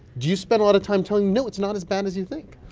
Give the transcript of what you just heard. do you spend a lot of time telling, no, it's not as bad as you think?